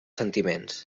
sentiments